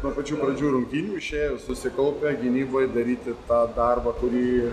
nuo pačių pradžių rungtynių išėję susikaupę gynyboj daryti tą darbą kurį